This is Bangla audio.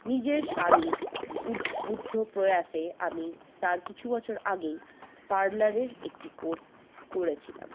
নিজের স্বামীর উদ্বুদ্ধ প্রয়াসে আমি তার কিছু বছর আগেই পার্লারের একটি কোর্স করেছিলাম